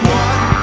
one